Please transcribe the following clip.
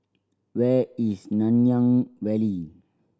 where is Nanyang Valley